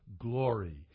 glory